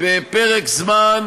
בפרק זמן